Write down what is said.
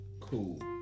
cool